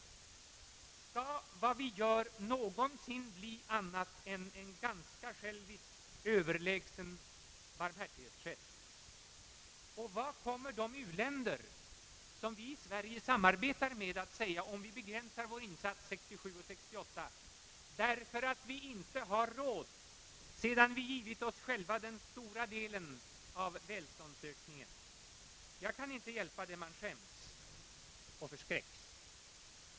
Skall det vi gör någonsin bli någonting annat än en ganska självisk överlägsen barmhärtighetsgest? Vad kommer de u-länder som vi i Sverige samarbetar med att säga om vi begränsar vår insats 1967/68, därför att vi inte har råd sedan vi givit oss själva den stora delen av välståndsökningen? Jag kan inte hjälpa det, men man skäms och förskräcks.